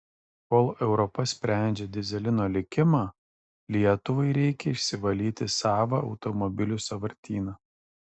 kol europa sprendžia dyzelino likimą lietuvai reikia išsivalyti savą automobilių sąvartyną